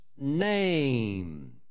name